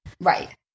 Right